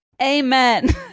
Amen